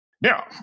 Now